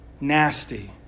nasty